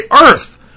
Earth